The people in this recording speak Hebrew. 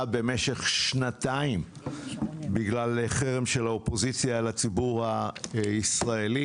במשך שנתיים בגלל חרם של האופוזיציה על הציבור הישראלי.